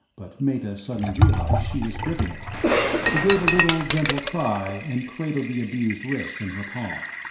but meta suddenly realized she was gripping it she gave a little, gentle cry, and cradled the abused wrist in her palm.